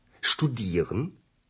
Studieren